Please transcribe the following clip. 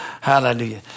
Hallelujah